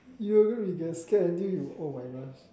you are gonna be get scared until you oh my gosh